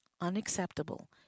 Unacceptable